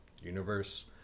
universe